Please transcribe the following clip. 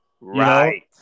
Right